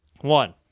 One